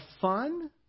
fun